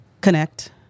connect